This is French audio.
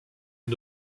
est